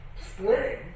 splitting